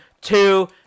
two